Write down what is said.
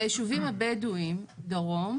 ביישובים הבדואים דרום,